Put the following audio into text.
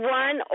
one